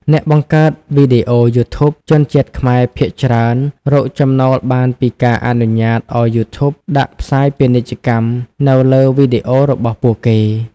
អ្នកបង្កើតវីដេអូ YouTube ជនជាតិខ្មែរភាគច្រើនរកចំណូលបានពីការអនុញ្ញាតឲ្យ YouTube ដាក់ផ្សាយពាណិជ្ជកម្មនៅលើវីដេអូរបស់ពួកគេ។